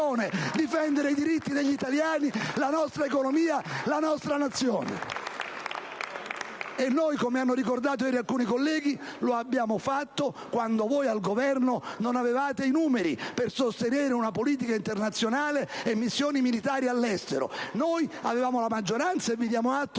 difendere i diritti degli italiani, la nostra economia, la nostra Nazione! *(Applausi dal Gruppo PdL).* E noi, come hanno ricordato ieri alcuni colleghi, lo abbiamo fatto, quando voi al Governo non avevate i numeri per sostenere una politica internazionale e missioni militari all'estero. Noi avevamo la maggioranza e vi diamo atto